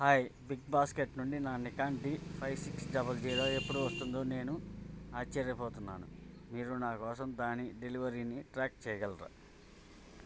hi Big Basket నుండి నా Nikon D five six double zero ఎప్పుడు వస్తుందో నేను ఆశ్చర్యపోతున్నాను మీరు నా కోసం దాని డెలివరీని ట్రాక్ చేయగలరా